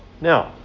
Now